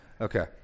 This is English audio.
Okay